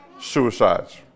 suicides